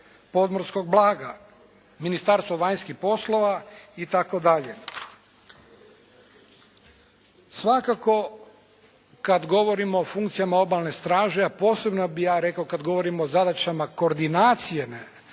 podmorskog blaga, Ministarstvo vanjskih poslova itd. Svakako kad govorimo o funkcijama Obalne straže a posebno bi ja rekao kad govorimo o zadaćama koordinacije